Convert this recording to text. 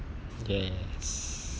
yes